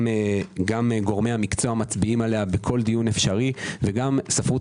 גם גורמי מקצוע מצביעים עליה בכל מקום אפשרי וגם ספרות